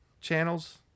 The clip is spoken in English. channels